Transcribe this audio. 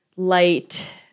light